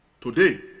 Today